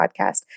Podcast